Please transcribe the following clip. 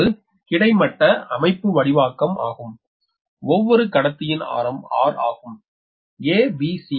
எனவே இது ஒரு கிடைமட்ட அமைப்புவடிவைக்கம் ஆகும் ஒவ்வொரு கத்தியின் ஆரம் r ஆகும் a b c க்கு இடையேயான தூரம் D ஆகும்